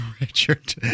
Richard